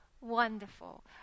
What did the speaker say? wonderful